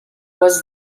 was